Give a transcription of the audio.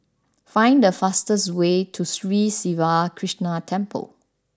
find the fastest way to Sri Siva Krishna Temple